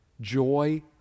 joy